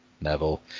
Neville